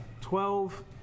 Twelve